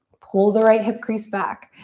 pull the right hip crease back.